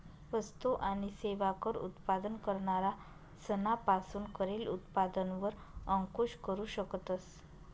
वस्तु आणि सेवा कर उत्पादन करणारा सना पासून करेल उत्पादन वर अंकूश करू शकतस